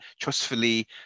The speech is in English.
trustfully